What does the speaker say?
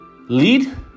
lead